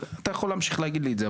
אתה יכול להמשיך להגיד את זה,